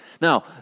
Now